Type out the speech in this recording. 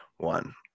One